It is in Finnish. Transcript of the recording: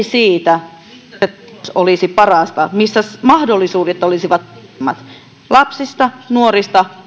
siitä missä se tulos olisi parasta missä mahdollisuudet olisivat suurimmat lapsista nuorista